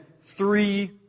three